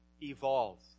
evolve